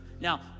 Now